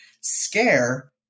scare